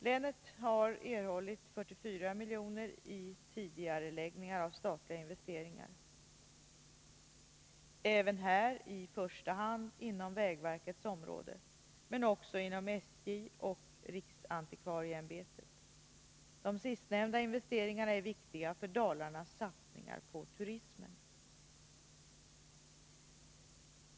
Länet har erhållit 44 milj.kr. i tidigareläggningar av statliga investeringar, även här i första hand inom vägverkets område, men också inom SJ och riksantikvarieämbetet. De sistnämnda investeringarna är viktiga för Dalarnas satsningar på turismen.